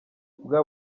bwa